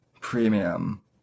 premium